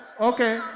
okay